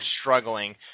struggling